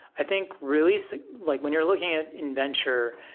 i think really, so like when you're looking at in venture,